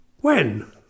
When